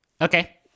Okay